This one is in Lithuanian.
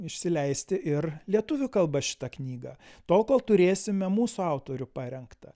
išsileisti ir lietuvių kalba šitą knygą tol kol turėsime mūsų autorių parengtą